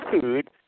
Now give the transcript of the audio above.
food